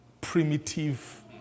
primitive